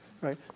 Right